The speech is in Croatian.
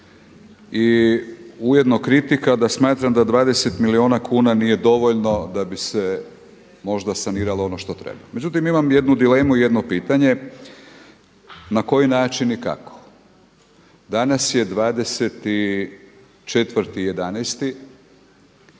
i ujedno kritika da smatram da 20 milijuna kuna nije dovoljno da bi se možda saniralo ono što treba. Međutim, imam jednu dilemu i jedno pitanje na koji način i kako. Danas je 24.11.